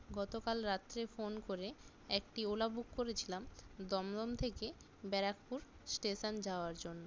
গতকাল রাত্রে ফোন করে একটি ওলা বুক করেছিলাম দমদম থেকে ব্যারাকপুর স্টেশান যাওয়ার জন্য